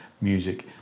music